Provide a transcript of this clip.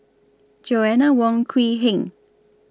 Joanna Wong Quee Heng